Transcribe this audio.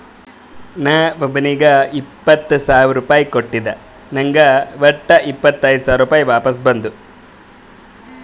ನಾ ಒಬ್ಬೋನಿಗ್ ಇಪ್ಪತ್ ಸಾವಿರ ರುಪಾಯಿ ಕೊಟ್ಟಿದ ನಂಗ್ ವಟ್ಟ ಇಪ್ಪತೈದ್ ಸಾವಿರ ವಾಪಸ್ ಬಂದು